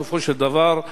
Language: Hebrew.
בסופו של דבר,